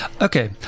Okay